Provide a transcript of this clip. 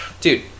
Dude